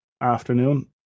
afternoon